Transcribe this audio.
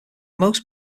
most